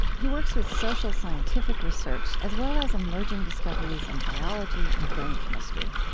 he works with social scientific research as well as emerging discoveries in biology and brain chemistry.